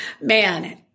man